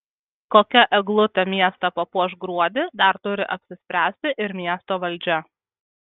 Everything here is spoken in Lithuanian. kokia eglutė miestą papuoš gruodį dar turi apsispręsti ir miesto valdžia